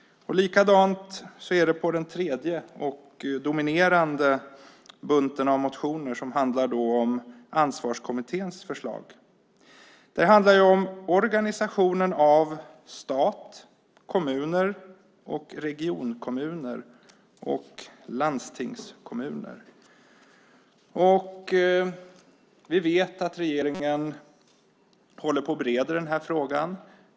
Likadant är det för den tredje och dominerande bunten av motioner som handlar om Ansvarskommitténs förslag. Det handlar om organisationen av stat, kommuner, regionkommuner och landstingskommuner. Vi vet att regeringen håller på att bereda frågan.